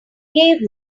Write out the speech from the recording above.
gave